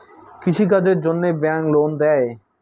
কৃষি কাজের জন্যে ব্যাংক লোন দেয়?